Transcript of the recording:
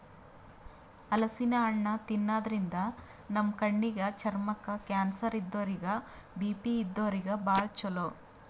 ಹಲಸಿನ್ ಹಣ್ಣ್ ತಿನ್ನಾದ್ರಿನ್ದ ನಮ್ ಕಣ್ಣಿಗ್, ಚರ್ಮಕ್ಕ್, ಕ್ಯಾನ್ಸರ್ ಇದ್ದೋರಿಗ್ ಬಿ.ಪಿ ಇದ್ದೋರಿಗ್ ಭಾಳ್ ಛಲೋ